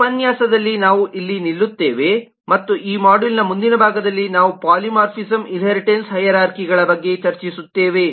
ಈ ಉಪನ್ಯಾಸದಲ್ಲಿ ನಾವು ಇಲ್ಲಿ ನಿಲ್ಲುತ್ತೇವೆ ಮತ್ತು ಈ ಮಾಡ್ಯೂಲ್ನ ಮುಂದಿನ ಭಾಗದಲ್ಲಿ ನಾವು ಪೋಲಿಮೋರ್ಫಿಸಂ ಇನ್ಹೇರಿಟನ್ಸ್ ಹೈರಾರ್ಖಿಗಳ ಬಗ್ಗೆ ಚರ್ಚಿಸುತ್ತೇವೆ